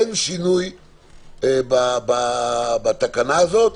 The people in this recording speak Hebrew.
אין שינוי בתקנה הזאת,